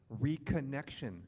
reconnection